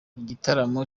igitaramo